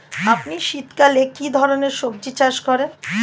আপনি শীতকালে কী ধরনের সবজী চাষ করেন?